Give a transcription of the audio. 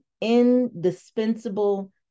indispensable